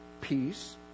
peace